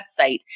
website